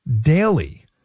daily